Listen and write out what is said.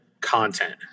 content